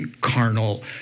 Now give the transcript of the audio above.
carnal